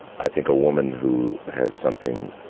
i think a woman who has something